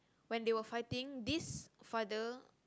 when they were fighting this father